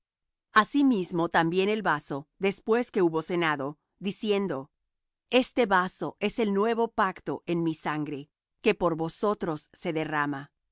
mí asimismo también el vaso después que hubo cenado diciendo este vaso es el nuevo pacto en mi sangre que por vosotros se derrama